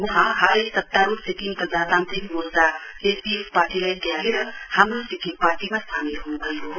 वहाँले हालै सत्तारुढ़ सिक्कम प्रजान्त्रिक मोर्चा एसडिएफ पार्टीलाई त्यागेर हाम्रो सिक्किम पार्टीमा सामेल हुनुभएको छ